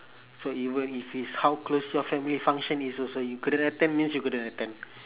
so even if is how close your family function is also you couldn't attend means you couldn't attend